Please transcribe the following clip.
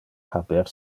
haber